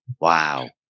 Wow